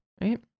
right